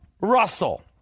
Russell